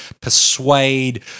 persuade